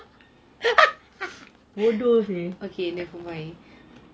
bodoh seh